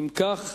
אם כך,